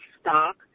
stock